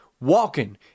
walking